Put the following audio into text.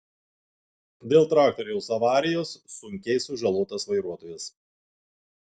dėl traktoriaus avarijos sunkiai sužalotas vairuotojas